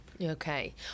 Okay